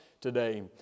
today